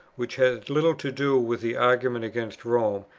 which had little to do with the argument against rome,